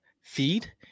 feed